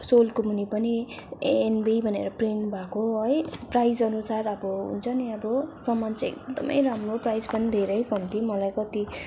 सोलको मुनि पनि N B भनेर प्रिन्ट भएको है प्राइस अनुसार अब हुन्छ नि अब सामान चाहिँ एकदमै राम्रो प्राइस पनि धेरै कम्ती